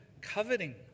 coveting